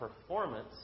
performance